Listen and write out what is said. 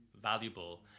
valuable